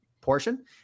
portion